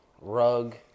rug